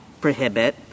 prohibit